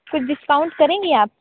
कुछ डिस्काउंट करेंगी आप